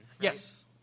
Yes